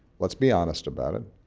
let's be honest about it